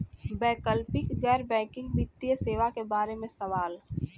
वैकल्पिक गैर बैकिंग वित्तीय सेवा के बार में सवाल?